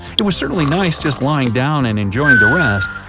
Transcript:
it was certainly nice just lying down and enjoying the rest,